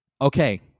okay